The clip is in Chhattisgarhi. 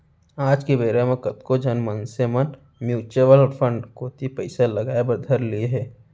आज के बेरा म कतको झन मनसे मन म्युचुअल फंड कोती पइसा लगाय बर धर लिये हें